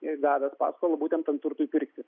ir gavęs paskolą būtent tam turtui pirkti